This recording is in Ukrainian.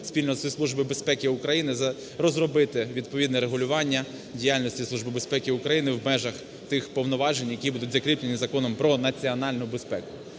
спільно зі Службою безпеки України розробити відповідне регулювання діяльності Служби безпеки України в межах тих повноважень, які будуть закріплені Законом про національну безпеку.